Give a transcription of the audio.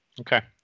Okay